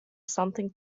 something